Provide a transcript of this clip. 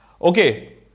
Okay